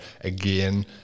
again